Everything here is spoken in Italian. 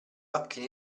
occhi